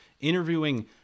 interviewing